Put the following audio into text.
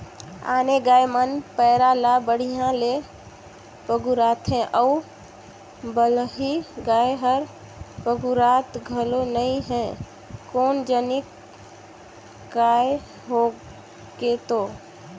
आने गाय मन पैरा ला बड़िहा ले पगुराथे अउ बलही गाय हर पगुरात घलो नई हे कोन जनिक काय होय गे ते